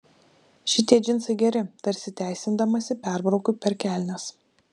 šitie džinsai geri tarsi teisindamasi perbraukiu per kelnes